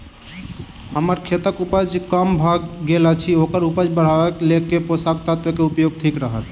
हम्मर खेतक उपज कम भऽ गेल अछि ओकर उपज बढ़ेबाक लेल केँ पोसक तत्व केँ उपयोग ठीक रहत?